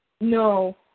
No